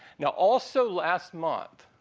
now, also last month,